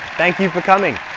thank you for coming